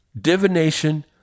divination